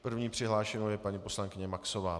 První přihlášenou je paní poslankyně Maxová.